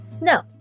No